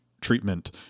treatment